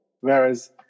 whereas